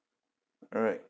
alright